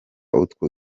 utwo